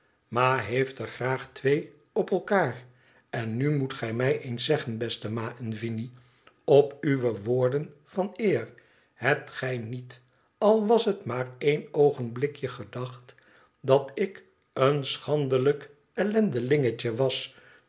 ma heeft er graag twee op elkaar n nu moet gij mij eens zeggen beste ma en vinie op uwe woorden van eer hebt gij niet al was het maar één oogenblikje gedacht dat ik een schandelijk ellendelingetje was